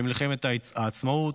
במלחמת העצמאות,